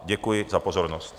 Děkuji za pozornost.